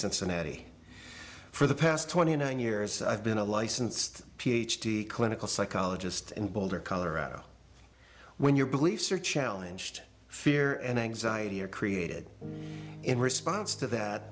cincinnati for the past twenty nine years i've been a licensed ph d clinical psychologist in boulder colorado when your beliefs are challenge to fear and anxiety are created in response to that